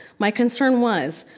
my concern was,